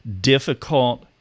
difficult